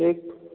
ठीक